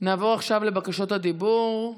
נעבור עכשיו לבקשות הדיבור.